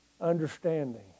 Understanding